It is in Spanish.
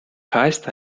está